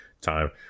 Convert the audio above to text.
time